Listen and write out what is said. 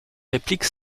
répliques